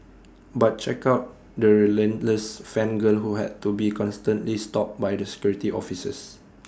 but check out the relentless fan girl who had to be constantly stopped by the security officers